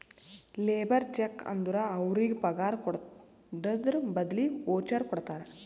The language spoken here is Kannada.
ಲೇಬರ್ ಚೆಕ್ ಅಂದುರ್ ಅವ್ರಿಗ ಪಗಾರ್ ಕೊಡದ್ರ್ ಬದ್ಲಿ ವೋಚರ್ ಕೊಡ್ತಾರ